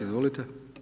Izvolite.